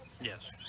Yes